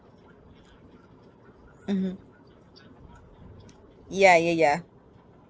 mmhmm ya ya ya